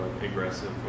aggressive